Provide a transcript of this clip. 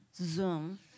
Zoom